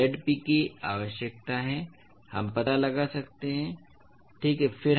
तो Zp की आवश्यकता है हम पता लगा सकते हैं ठीक है